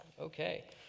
okay